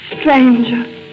stranger